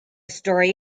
story